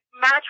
match